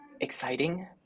exciting